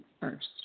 first